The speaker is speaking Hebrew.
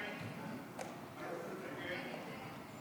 יריב לוין,